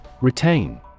Retain